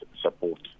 support